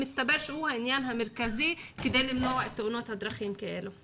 מסתבר שהוא העניין המרכזי כדי למנוע תאונות דרכים כאלה.